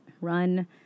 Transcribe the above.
Run